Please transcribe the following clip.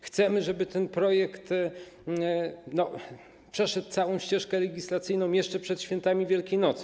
Chcemy, żeby ten projekt przeszedł całą ścieżkę legislacyjną jeszcze przed świętami Wielkiej Nocy.